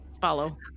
follow